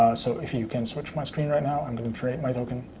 so if you can switch my screen right now, i'm going to create my token.